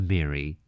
Mary